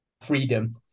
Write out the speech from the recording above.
freedom